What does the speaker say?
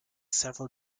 several